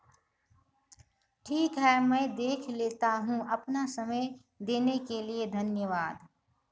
ठीक है मैं देख लेता हूँ अपना समय देने के लिए धन्यवाद